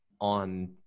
on